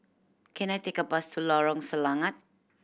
can I take a bus to Lorong Selangat